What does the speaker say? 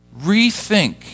rethink